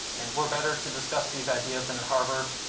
and where better to discuss these ideas than at harvard,